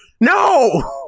No